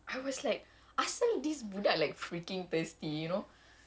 I was like I say asal this budak like freaking thirsty you know